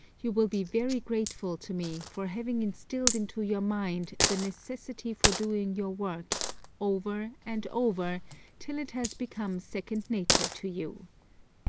you will be very grateful to me for having instilled into your mind the necessity for doing your work over and over till it has become second nature to you.